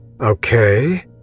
Okay